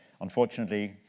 Unfortunately